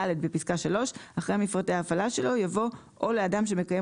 בפסקה (3) - אחרי "מפרטי ההפעלה שלו" יבוא "או לאדם שמקיים